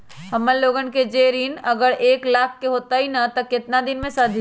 हमन लोगन के जे ऋन अगर एक लाख के होई त केतना दिन मे सधी?